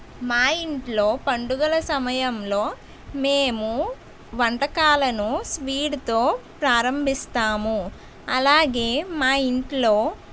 మా ఇంట్లో పండుగల సమయంలో మేము వంటకాలను స్వీటుతో ప్రారంభిస్తాము అలాగే మా ఇంట్లో